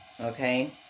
Okay